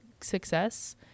success